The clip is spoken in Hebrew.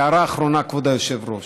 הערה אחרונה, כבוד היושב-ראש: